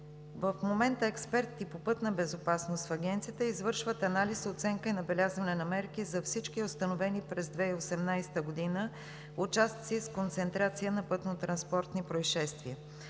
В момента експерти по пътна безопасност в Агенцията извършват анализ и оценка и набелязване на мерки за всички установени през 2018 г. участъци с концентрация на пътнотранспортни произшествия.